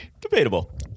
debatable